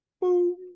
Boom